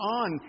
on